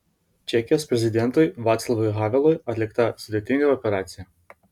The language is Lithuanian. čekijos prezidentui vaclavui havelui atlikta sudėtinga operacija